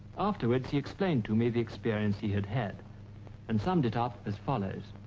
afterwards, he explained to me the experience he had had and summed it up as follows.